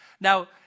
Now